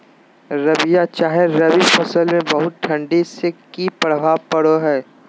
रबिया चाहे रवि फसल में बहुत ठंडी से की प्रभाव पड़ो है?